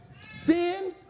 sin